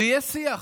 ויהיה שיח.